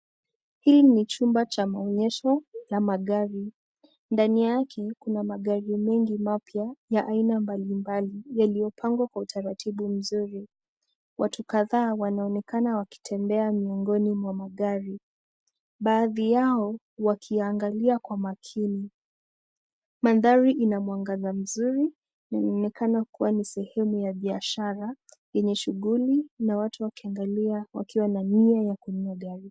Hii ni chumba cha maonyesho ya magari. Ndani yake, kuna magari mengi mapya ya aina mbalimbali yaliyopangwa kwa utaratibu mzuri. Watu kadhaa wanaonekana wakitembea miongoni mwa magari. Baadhi yao wakiiangalia kwa makini. Mandhari ina mwangaza mzuri, inaonekana kuwa ni sehemu ya biashara yenye shughuli na watu wakiangalia wakiwa na nia ya kununua gari.